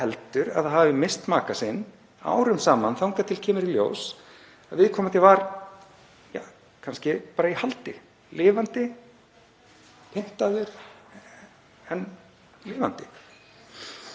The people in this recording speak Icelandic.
haldi að það hafi misst maka sinn árum saman þangað til það kemur í ljós að viðkomandi var kannski bara í haldi og lifandi — pyndaður en lifandi.